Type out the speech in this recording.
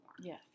Yes